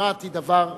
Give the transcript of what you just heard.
המשמעת היא דבר חשוב,